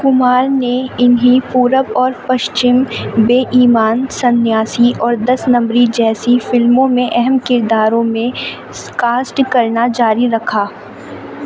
کمار نے انہیں پورب اور پشچم بے ایمان سنیاسی اور دس نمبری جیسی فلموں میں اہم کرداروں میں سکاسٹ کرنا جاری رکھا